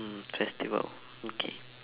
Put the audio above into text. festival okay